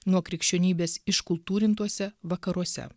nuo krikščionybės iškultūrintuose vakaruose